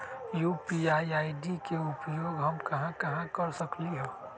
UPI ID के उपयोग हम कहां कहां कर सकली ह?